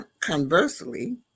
conversely